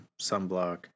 sunblock